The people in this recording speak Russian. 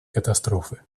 катастрофы